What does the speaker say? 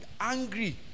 angry